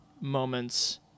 moments